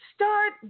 Start